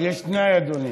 אבל יש תנאי, אדוני.